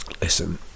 listen